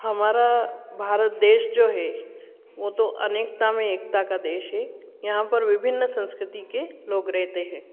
हमारा भारत देश जो है वह तो अनेकता में एकता का देश है यहाँ पर विभिन्न संस्कृति के लोग रहते हैं